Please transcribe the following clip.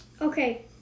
Okay